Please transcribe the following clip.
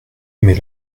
mais